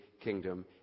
kingdom